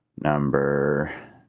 Number